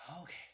Okay